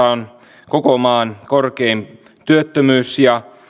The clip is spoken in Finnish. on koko maan korkein työttömyys ja